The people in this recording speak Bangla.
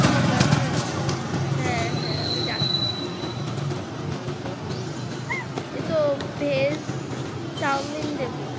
ঠিক আছে হ্যাঁ হ্যাঁ আমি যাচ্ছি দেখি এই তো ভেজ চাউমিন দেব